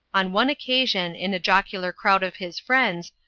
on one occasion, in a jocular crowd of his friends,